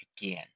again